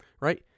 right